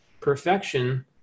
Perfection